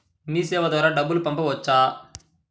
మీసేవ ద్వారా డబ్బు పంపవచ్చా?